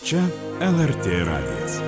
čia lrt radijas